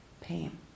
pain